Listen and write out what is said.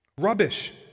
Rubbish